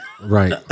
Right